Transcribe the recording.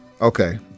okay